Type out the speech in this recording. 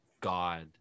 God